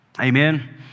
Amen